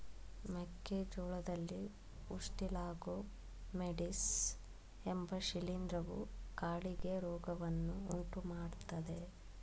ಮೆಕ್ಕೆ ಜೋಳದಲ್ಲಿ ಉಸ್ಟಿಲಾಗೊ ಮೇಡಿಸ್ ಎಂಬ ಶಿಲೀಂಧ್ರವು ಕಾಡಿಗೆ ರೋಗವನ್ನು ಉಂಟುಮಾಡ್ತದೆ